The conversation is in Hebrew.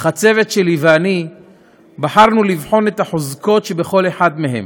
אך הצוות שלי ואני בחרנו לבחון את החוזקות שבכל אחד מהם,